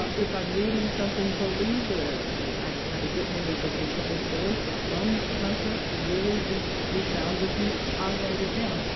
um if i'm reading something for leisure, i have a good memory for some different stories but some concepts really resound with me. i write it down.